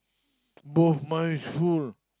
both my spoon